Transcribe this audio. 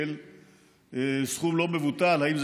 איך אפשר?